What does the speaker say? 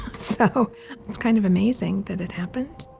so it's kind of amazing that it happened.